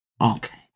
Okay